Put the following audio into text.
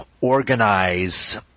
organize